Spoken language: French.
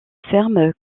ferme